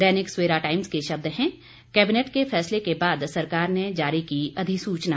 दैनिक Savera Times के शब्द है कैबिनेट के फैसले के बाद सरकार ने जारी की अधिसूचना